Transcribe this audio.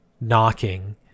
knocking